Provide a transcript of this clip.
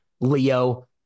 Leo